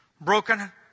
broken